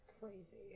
crazy